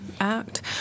Act